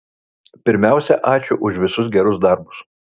pirmiausia ačiū už visus gerus darbus